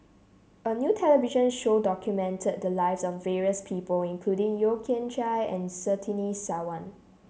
a new television show documented the lives of various people including Yeo Kian Chye and Surtini Sarwan